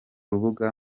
rubuga